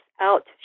out